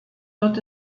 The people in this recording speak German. wird